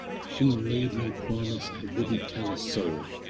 she made me promise i wouldn't tell a soul,